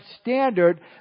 standard